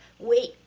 wait!